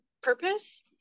purpose